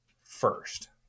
first